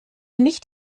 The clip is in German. nicht